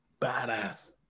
badass